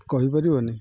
କହିପାରିବନି